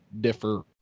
differ